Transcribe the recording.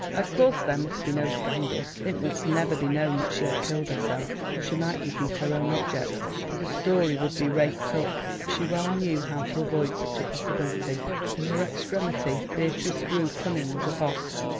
of course there must be no scandal it must never be known that she had killed herself, or she might defeat her own object, for the story would be raked up. but she well knew how to avoid such a possibility in her extremity beatrice grew cunning as a fox.